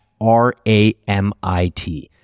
ramit